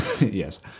yes